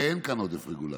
ואין כאן עודף רגולציה.